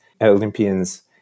Olympians